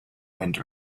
wind